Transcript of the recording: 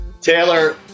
Taylor